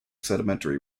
sedimentary